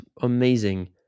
amazing